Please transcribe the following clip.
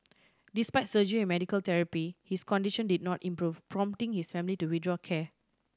despite surgery and medical therapy his condition did not improve prompting his family to withdraw care